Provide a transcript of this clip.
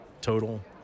total